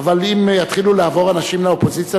אבל אם אנשים יתחילו לעבור לאופוזיציה,